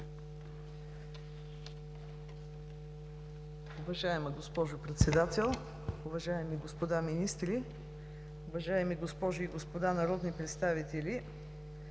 Уважаема госпожо Председател, уважаеми господа министри, уважаеми госпожи и господа народни представители!